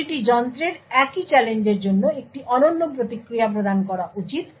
প্রতিটি যন্ত্রের একই চ্যালেঞ্জের জন্য একটি অনন্য প্রতিক্রিয়া প্রদান করা উচিত